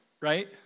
right